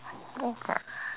okay